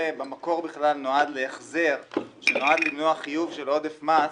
בכלל נועד להחזר שנועד למנוע חיוב של עודף מס,